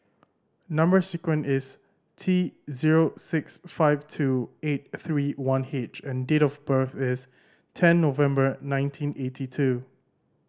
number sequence is T zero six five two eight three one H and date of birth is ten November nineteen eighty two